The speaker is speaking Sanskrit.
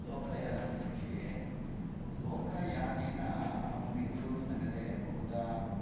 लोकयानस्य विषये लोकयानेन अहं बेङ्गलुरुनगरे बहुधा